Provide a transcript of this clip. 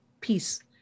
peace